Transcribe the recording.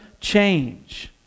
change